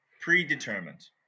predetermined